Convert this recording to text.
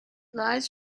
lies